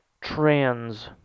trans